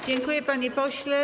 Dziękuję, panie pośle.